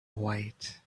white